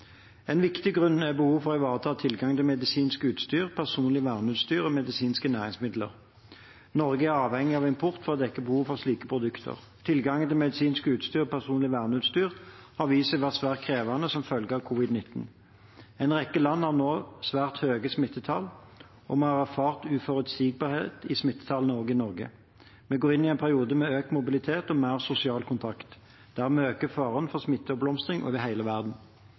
En viktig grunn er behovet for å ivareta tilgangen til medisinsk utstyr, personlig verneutstyr og medisinske næringsmidler. Norge er avhengig av import for å dekke behovet for slike produkter. Tilgangen til medisinsk utstyr og personlig verneutstyr har vist seg å være svært krevende som følge av covid-19. En rekke land har nå svært høye smittetall, og vi har erfart uforutsigbarhet i smittetallene også i Norge. Vi går inn i en periode med økt mobilitet og mer sosial kontakt. Dermed øker faren for smitteoppblomstring over hele verden. Økt smitte og